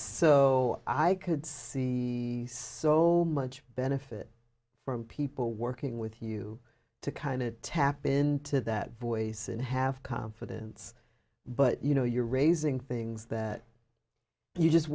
so i could see so much benefit from people working with you to kind of tap into that voice and have confidence but you know you're raising things that you just